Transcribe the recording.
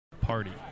party